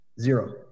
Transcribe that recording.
Zero